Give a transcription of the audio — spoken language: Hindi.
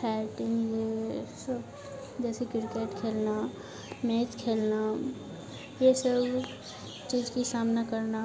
फाइटिंग ये सब जैसे किरकेट खेलना मैच खेलना ये सब चीज की सामना करना